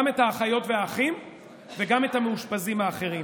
גם את האחיות והאחים וגם את המאושפזים האחרים.